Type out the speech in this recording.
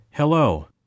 Hello